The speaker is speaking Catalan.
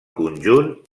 conjunt